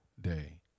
day